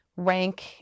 rank